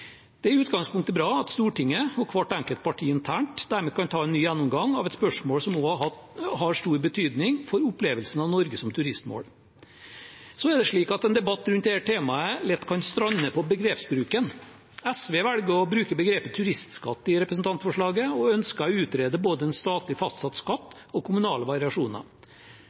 Det er i utgangspunktet bra at Stortinget og hvert enkelt parti internt dermed kan ta en ny gjennomgang av et spørsmål som har stor betydning for opplevelsen av Norge som turistmål. Så er det slik at en debatt rundt dette temaet lett kan strande på begrepsbruken. SV velger å bruke begrepet «turistskatt» i representantforslaget og ønsker å utrede både en statlig fastsatt skatt og kommunale variasjoner.